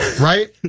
Right